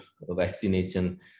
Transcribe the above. vaccination